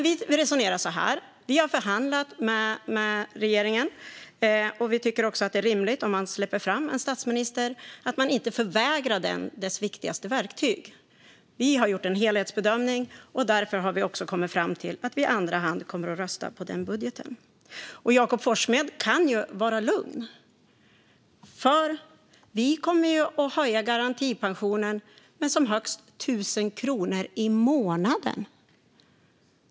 Vi resonerar så här: Vi har förhandlat med regeringen, och om man släpper fram en statsminister tycker vi att det är rimligt att man inte förvägrar den dess viktigaste verktyg. Vi har gjort en helhetsbedömning. Därför har vi kommit fram till att vi i andra hand kommer att rösta på den budgeten. Jakob Forssmed kan vara lugn, för vi kommer att höja garantipensionen med som högst 1 000 kronor i månaden.